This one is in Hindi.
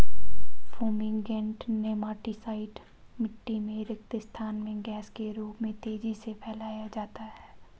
फूमीगेंट नेमाटीसाइड मिटटी में रिक्त स्थान में गैस के रूप में तेजी से फैलाया जाता है